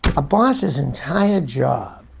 a boss's entire job